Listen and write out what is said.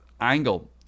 angle